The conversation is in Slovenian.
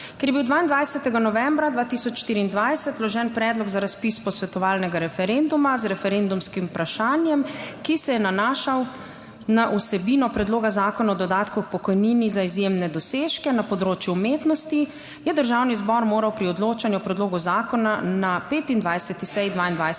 Ker je bil 22. novembra 2024 vložen predlog za razpis posvetovalnega referenduma z referendumskim vprašanjem, ki se je nanašal na vsebino Predloga zakona o dodatku k pokojnini za izjemne dosežke na področju umetnosti, je Državni zbor moral pri odločanju o predlogu zakona na 25.